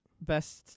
Best